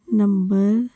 number